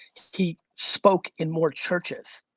he spoke in more churches.